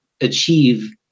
achieve